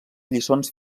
lliçons